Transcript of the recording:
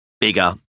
bigger